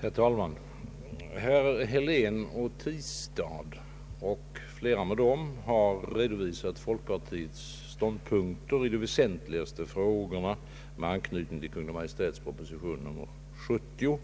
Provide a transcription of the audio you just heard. Herr talman! Herrar Helén och Tistad och flera med dem har redovisat folkpartiets ståndpunkter i de väsentligaste frågorna med anknytning till Kungl. Maj:ts proposition nr 70.